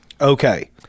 Okay